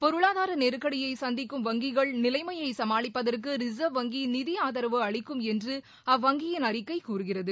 பொருளாதார நெருக்கடியை சந்திக்கும் வங்கிகள் நிலைமையை சமாளிப்பதற்கு ரிசர்வ் வங்கி நிதி ஆதரவு அளிக்கும் என்று அவ்வங்கியின் அறிக்கை கூறுகிறது